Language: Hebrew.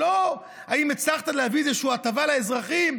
לא, האם הצלחת להביא איזושהי הטבה לאזרחים?